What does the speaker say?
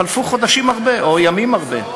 חלפו חודשים הרבה או ימים הרבה.